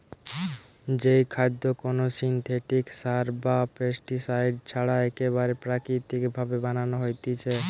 যেই খাদ্য কোনো সিনথেটিক সার বা পেস্টিসাইড ছাড়া একেবারে প্রাকৃতিক ভাবে বানানো হতিছে